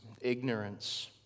ignorance